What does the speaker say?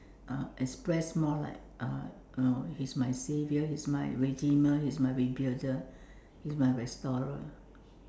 uh express more like uh you know he's my saviour he's my redeemer he's my rebuilder he's my restorer